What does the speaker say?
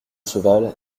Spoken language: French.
cheval